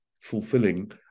fulfilling